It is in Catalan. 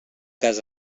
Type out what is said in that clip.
cas